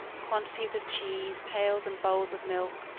quantities of cheese, pails and bowls of milk,